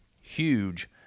huge